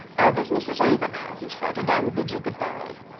our business is over now, he said, and i will bid you good-bye.